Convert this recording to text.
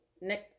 Nick